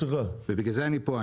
ובגלל זה אני פה,